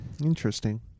Interesting